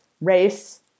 Race